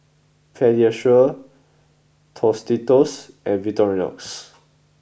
Pediasure Tostitos and Victorinox